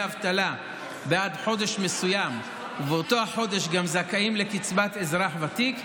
אבטלה בעד חודש מסוים ובאותו החודש גם זכאים לקצבת אזרח ותיק,